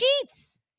sheets